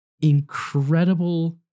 Incredible